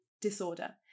disorder